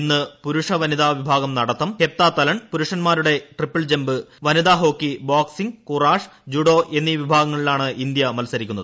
ഇന്ന് പുരുഷ വനിതാ വിഭാഗം നടത്തം ഹെപ്താതലൺ പുരുഷൻമാരുടെ ട്രിപ്പിൾ ജംപ് വനിതാ ഹോക്കി ബോക്സിങ്ങ് കുറാഷ് ജൂഡോ എന്നീ വിഭാഗങ്ങളിലാണ് ഇന്ത്യ മത്സരിക്കുന്നത്